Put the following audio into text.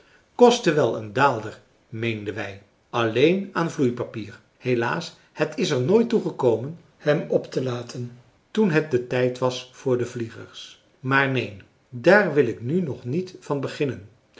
kostte wel een daalder meenden wij alleen aan vloeipapier helaas het is er nooit toe gekomen om hem op te laten toen het de tijd was voor de vliegers maar neen daar wil ik nu nog niet van beginnen